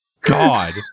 God